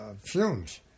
fumes